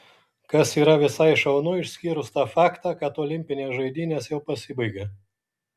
kas yra visai šaunu išskyrus tą faktą kad olimpinės žaidynės jau pasibaigė